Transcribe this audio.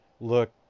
Look